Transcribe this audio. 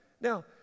Now